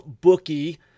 bookie